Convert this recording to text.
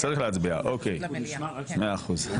צריך להצביע אוקי מאה אחוז.